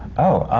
oh.